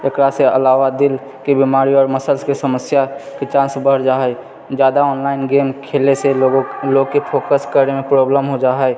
एकरासंँ अलावा दिलके बीमारी आओर मसल्सके समस्याके चान्स बढ़ जा हइ जादा ऑनलाइन गेम खेलयसंँ लोक लोकके फोकस करयमे प्रॉब्लम हो जाइत हइ